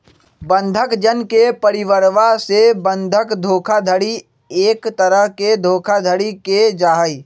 बंधक जन के परिवरवा से बंधक धोखाधडी एक तरह के धोखाधडी के जाहई